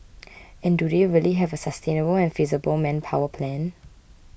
and do they really have a sustainable and feasible manpower plan